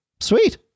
Sweet